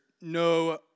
no